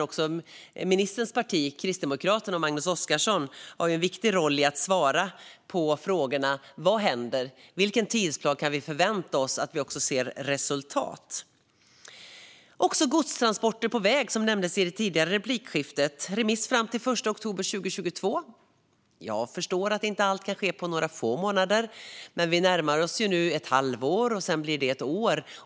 Även ministerns parti, Kristdemokraterna, och Magnus Oscarsson har dock en viktig roll i att svara på vad som händer och vilken tidsplan vi kan förvänta oss när det gäller att se resultat. Godstransporter på väg nämndes i det tidigare replikskiftet. Remisstiden var fram till den 1 oktober 2022. Jag förstår att allt inte kan ske på några få månader, men vi närmar oss nu ett halvår, som sedan blir ett år.